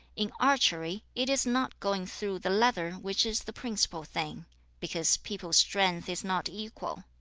in archery it is not going through the leather which is the principal thing because people's strength is not equal.